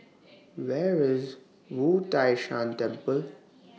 Where IS Wu Tai Shan Temple